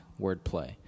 Wordplay